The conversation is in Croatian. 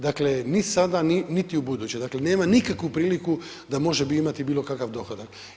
Dakle, ni sada niti ubuduće, dakle nema nikakvu priliku da može imati bilo kakav dohodak.